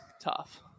tough